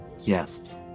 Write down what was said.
Yes